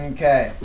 Okay